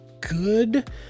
good